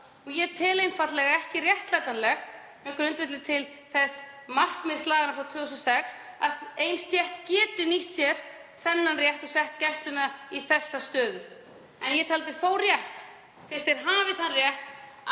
Ég tel einfaldlega ekki réttlætanlegt á grundvelli markmiðs laganna frá 2006 að ein stétt geti nýtt sér þennan rétt og sett Gæsluna í þessa stöðu. En ég taldi þó rétt, fyrst þeir hafa þann rétt,